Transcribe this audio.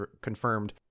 confirmed